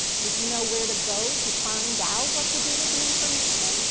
would you know where to go to find out what to do with the information?